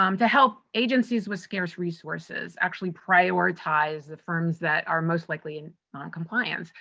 um to help agencies with scarce resources actually prioritize the firms that are most likely and non-compliant.